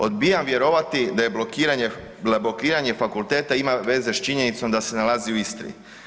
Odbijam vjerovati da je blokiranje, da blokiranje fakulteta ima veze s činjenicom da se nalazi u Istri.